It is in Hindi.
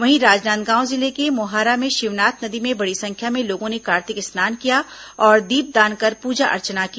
वहीं राजनांदगांव जिले के मोहारा में शिवनाथ नदी में बड़ी संख्या में लोगों ने कार्तिक स्नान किया और दीपदान कर पूजा अर्चना की